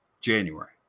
January